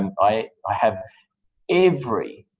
and i i have every,